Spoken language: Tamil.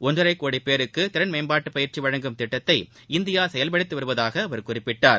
ஒன்றரை கோடி பேருக்கு திறன் மேம்பாட்டு பயிற்சி வழங்கும் திட்டத்தை இந்தியா செயல்படுத்தி வருவதாக அவர் குறிப்பிட்டார்